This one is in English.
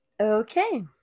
Okay